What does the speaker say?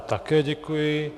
Také děkuji.